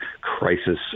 crisis